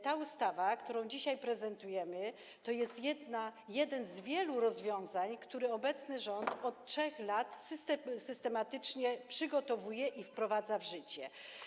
Ta ustawa, którą dzisiaj prezentujemy, to jedno z wielu rozwiązań, które obecny rząd od 3 lat systematycznie przygotowuje i wprowadza w życie.